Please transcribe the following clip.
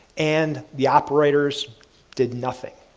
and the operators did nothing.